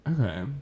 Okay